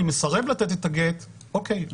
אני מסרב לתת את הגט אוקיי,